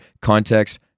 context